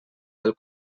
del